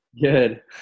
Good